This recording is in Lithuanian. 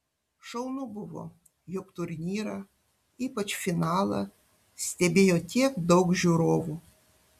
šaunu buvo jog turnyrą ypač finalą stebėjo tiek daug žiūrovų